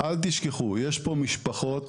יש כאן משפחות,